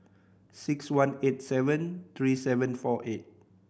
six one eight seven three seven four eight